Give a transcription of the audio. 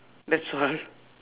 that's all